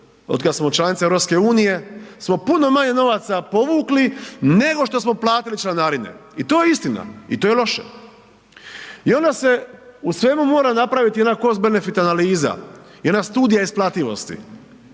otkad smo članice EU smo puno manje novaca povukli nego što smo platili članarine i to je istina i to je loše. I onda se u svemu mora napravit jedna Cost-Benefit analiza, jedna studija isplativosti